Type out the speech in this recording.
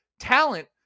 talent